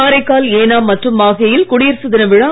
காரைக்கால் ஏனாம் மற்றும் மாகேயில் குடியரசு தின விழா